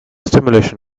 simulation